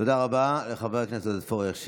תודה רבה לחבר הכנסת עודד פורר.